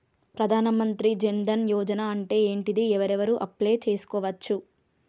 ప్రధాన మంత్రి జన్ ధన్ యోజన అంటే ఏంటిది? ఎవరెవరు అప్లయ్ చేస్కోవచ్చు?